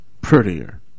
prettier